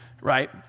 right